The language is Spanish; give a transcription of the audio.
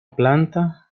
planta